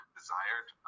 desired